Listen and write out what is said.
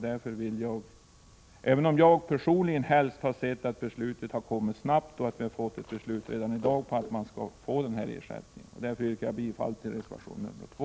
Jag skulle personligen helst vilja att vi får ett snabbt beslut redan i dag om att man skall få denna ersättning. Därför yrkar jag bifall till reservation 2.